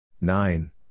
Nine